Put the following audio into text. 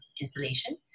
installation